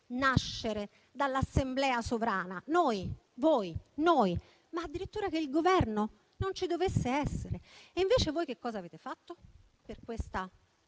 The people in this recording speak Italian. nascere dall'Assemblea sovrana - noi, voi, noi - ma addirittura che il Governo non ci dovesse essere. E invece voi che cosa avete fatto per questa